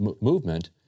movement